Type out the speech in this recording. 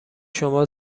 شما